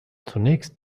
zunächst